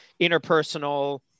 interpersonal